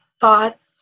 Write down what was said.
thoughts